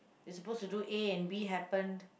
is supposed to do A and B happened